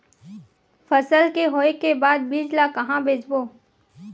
फसल के होय के बाद बीज ला कहां बेचबो?